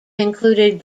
included